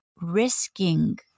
risking